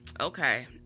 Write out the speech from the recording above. Okay